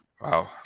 Wow